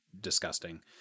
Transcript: disgusting